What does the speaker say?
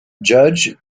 judge